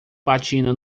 patina